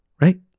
right